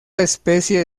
especie